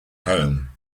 home